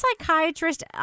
psychiatrist